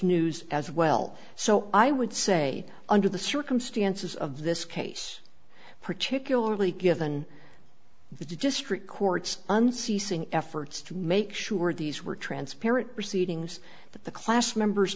news as well so i would say under the circumstances of this case particularly given the district court's unceasing efforts to make sure these were transparent proceedings but the class members